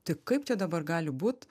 tai kaip čia dabar gali būt